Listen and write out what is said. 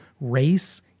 race